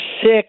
six